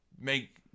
make